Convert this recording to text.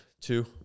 two